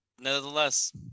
nevertheless